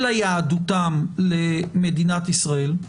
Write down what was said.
אלא יהדותם, למדינת ישראל,